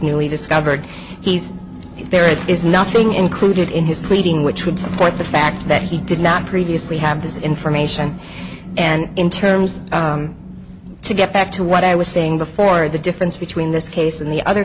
newly discovered he's there is nothing included in his pleading which would support the fact that he did not previously have this information and in terms to get back to what i was saying before the difference between this case and the other